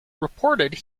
reported